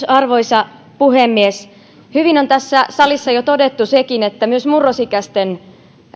arvoisa puhemies hyvin on tässä salissa jo todettu sekin että myös murrosikäisten